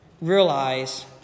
realize